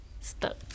stuck